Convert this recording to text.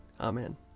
Amen